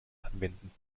anwenden